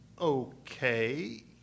Okay